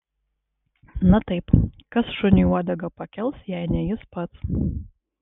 na taip kas šuniui uodegą pakels jei ne jis pats